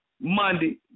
Monday